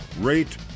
rate